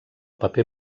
paper